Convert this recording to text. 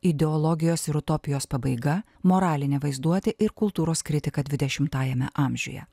ideologijos ir utopijos pabaiga moralinė vaizduotė ir kultūros kritika dvidešimajame amžiuje